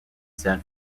san